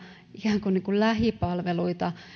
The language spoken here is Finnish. ikään kuin lähipalveluita